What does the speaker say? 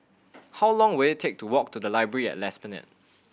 how long will it take to walk to the Library at Esplanade